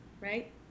right